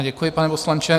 Děkuji, pane poslanče.